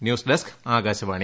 news desk Akashvani